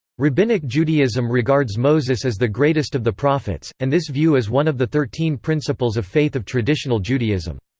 rabbinic judaism regards moses as the greatest of the prophets, and this view is one of the thirteen principles of faith of traditional judaism.